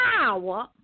power